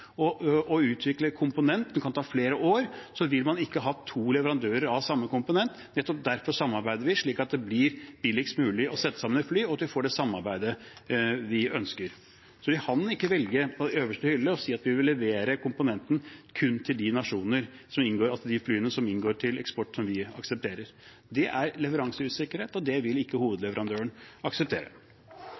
å utvikle komponenter – det kan ta flere år – vil man ikke ha to leverandører av samme komponent. Derfor samarbeider vi, slik at det blir billigst mulig å sette sammen et fly, og slik at vi får det samarbeidet vi ønsker. Vi kan ikke velge på øverste hylle og si at vi vil levere komponenter kun til de flyene som inngår i en eksport som vi aksepterer. Det gir leveranseusikkerhet, og det vil ikke hovedleverandøren akseptere.